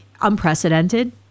unprecedented